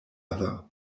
other